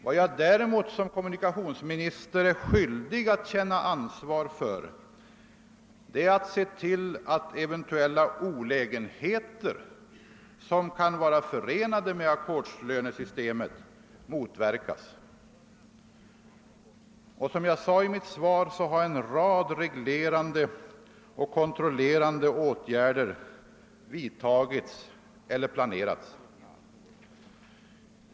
Vad jag däremot som kommunikationsminister är skyldig att känna ansvar för är att eventuella olägenheter som kan vara förenade med ackordslönesystemet motverkas. Som jag sade i mitt svar har en rad reglerande och kontrollerande åtgärder vidtagits eller planerats.